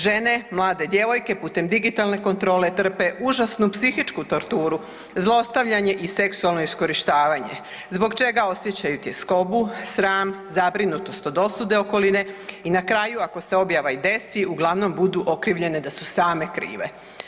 Žene, mlade djevojke putem digitalne kontrole trpe užasnu psihičku torturu, zlostavljanje i seksualno iskorištavanje zbog čega osjećaju tjeskobu, sram, zabrinutost od osude okoline i na kraju ako se objava i desi uglavnom budu okrivljene da su same krive.